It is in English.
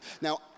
Now